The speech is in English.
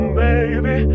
baby